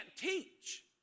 teach